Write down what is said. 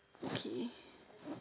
okay